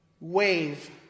wave